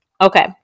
Okay